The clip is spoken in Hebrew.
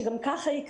שגם ככה היא קשה,